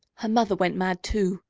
her mother went mad, too.